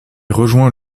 rejoint